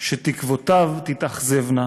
שתקוותיו תתאכזבנה,